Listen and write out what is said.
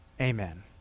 Amen